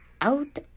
out